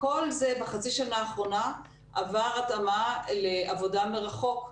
כל זה בחצי השנה האחרונה עבר התאמה לעבודה מרחוק.